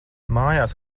mājās